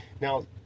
now